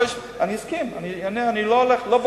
אני מסכים, אני אענה, אני לא בורח.